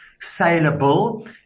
saleable